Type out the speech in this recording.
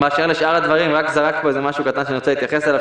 באשר לשאר הדברים רק זרקת פה משהו קטן שאני רוצה להתייחס אליו,